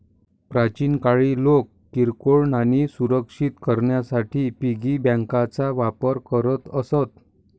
प्राचीन काळी लोक किरकोळ नाणी सुरक्षित करण्यासाठी पिगी बँकांचा वापर करत असत